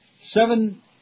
Seven